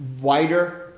wider